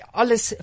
alles